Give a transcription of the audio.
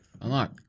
Unlock